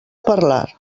parlar